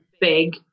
big